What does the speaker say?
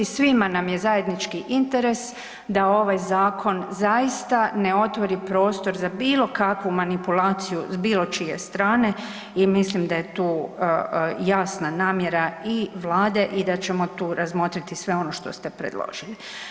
Svima nam je zajednički interes da ovaj zakon zaista ne otvori prostor za bilokakvu manipulaciju s bilo čije strane i mislim da je tu jasna namjera i Vlada i da ćemo tu razmotriti sve ono što ste predložili.